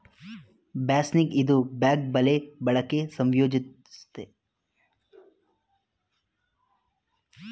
ಬಾಸ್ನಿಗ್ ಇದು ಬ್ಯಾಗ್ ಬಲೆ ಬಳಕೆ ಸಂಯೋಜಿಸುತ್ತೆ ಹೆಚ್ಚುಶಕ್ತಿ ದೀಪದೊಂದಿಗೆ ಮೀನನ್ನು ಆಕರ್ಷಿಸುತ್ತೆ